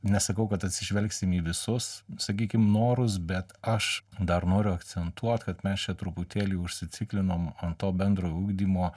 nesakau kad atsižvelgsim į visus sakykim norus bet aš dar noriu akcentuot kad mes čia truputėlį užsiciklinom ant to bendro ugdymo